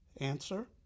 Answer